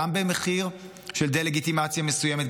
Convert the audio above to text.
גם במחיר של דה-לגיטימציה מסוימת,